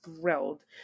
thrilled